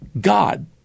God